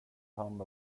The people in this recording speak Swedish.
hand